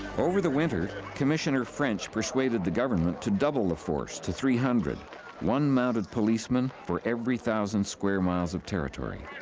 over the winter, commissioner french persuaded the government to double the force to three hundred one mounted policeman for every one thousand square miles of territory.